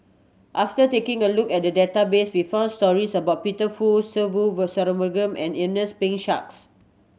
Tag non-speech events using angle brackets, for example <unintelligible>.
after taking a look at the database we found stories about Peter Fu Se <unintelligible> Ve Shanmugam and Ernest P Shanks